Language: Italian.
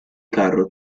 carro